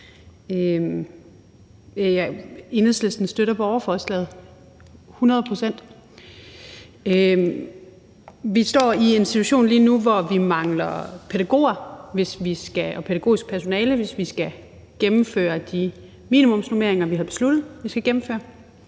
Enhedslisten støtter borgerforslaget hundrede procent. Vi står i en situation lige nu, hvor vi mangler pædagoger og pædagogisk personale, hvis vi skal gennemføre de minimumsnormeringer, vi har besluttet vi skal gennemføre.